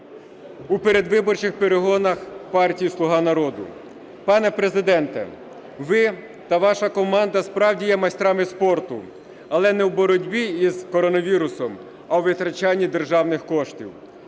у передвиборчих перегонах партії "Слуга народу". Пане Президенте, ви та ваша команда, справді, є майстрами спорту, але не в боротьбі із коронавірусом, а у витрачанні державних коштів.